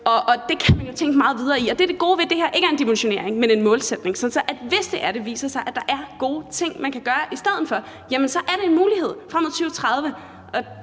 Det kan man jo tænke meget videre i. Og det er det gode, ved at det her ikke er en dimensionering, men en målsætning. Så hvis det viser sig, at der er gode ting, man kan gøre i stedet for, jamen så er det en mulighed frem mod 2030.